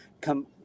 come